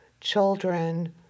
children